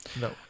No